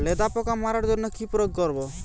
লেদা পোকা মারার জন্য কি প্রয়োগ করব?